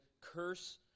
curse